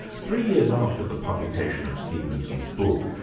three years after the publication of stevenson's book,